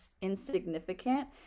insignificant